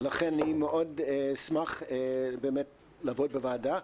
ולכן אני מאוד אשמח לעבוד בוועדה.